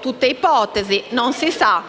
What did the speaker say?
tutte ipotesi, non si sa,